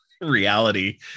reality